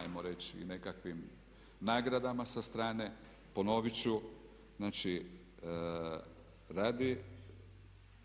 ajmo reći nekakvim nagradama sa strane ponovit ću znači radi